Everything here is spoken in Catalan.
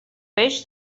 peix